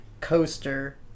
coaster